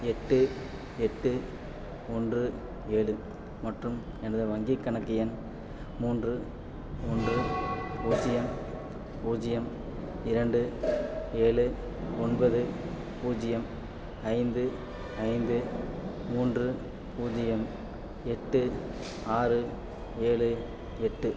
எட்டு எட்டு ஒன்று ஏழு மற்றும் எனது வங்கிக் கணக்கு எண் மூன்று ஒன்று பூஜ்ஜியம் பூஜ்ஜியம் இரண்டு ஏழு ஒன்பது பூஜ்ஜியம் ஐந்து ஐந்து மூன்று பூஜ்ஜியம் எட்டு ஆறு ஏழு எட்டு